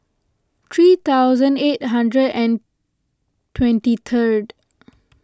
three thousand eight hundred and twenty third